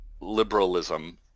liberalism